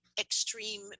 extreme